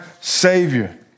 savior